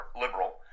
liberal